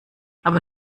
aber